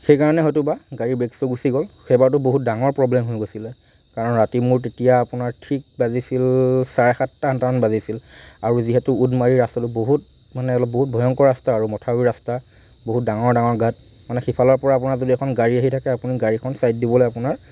সেইকাৰণে হয়তোবা গাড়ীৰ ব্ৰেক চো গুছি গ'ল সেইবাৰটো বহুত ডাঙৰ প্ৰব্লেম হৈ গৈছিলে কাৰণ ৰাতি মোৰ তেতিয়া আপোনাৰ ঠিক বাজিছিল চাৰে সাতটা আঠটামান বাজিছিল আৰু যিহেতু উদমাৰী ৰাস্তাটো বহুত মানে অলপ বহুত ভয়ংকৰ ৰাস্তা আৰু মথাউৰি ৰাস্তা বহুত ডাঙৰ ডাঙৰ গাঁত মানে সিফালৰ পৰা আপোনাৰ যদি এখন গাড়ী আহি থাকে আপুনি গাড়ীখন চাইড দিবলৈ আপোনাৰ